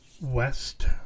west